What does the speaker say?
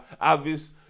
obvious